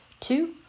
Two